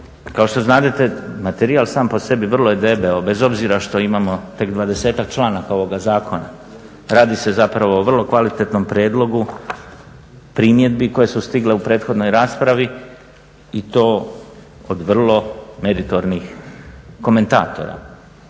kao što znate materijal sam po sebi vrlo je debeo bez obzira što imamo tek dvadesetak članaka ovog zakona, radi se zapravo o vrlo kvalitetno prijedlogu primjedbi koje su stigle u prethodnoj raspravi i to od vrlo meritornih komentatora.